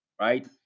right